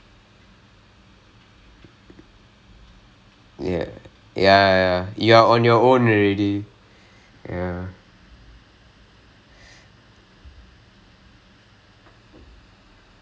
they're not going to like thank for you right everyday she's not like you got you know இப்போ:ippo friends னு இருக்காங்கே:nu irukkaangae uh ya friends னு இருக்காங்கே:nu irukkaangae they're going to do and also you don't really want to keep sitting working in one place while thinking like